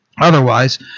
Otherwise